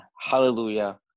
hallelujah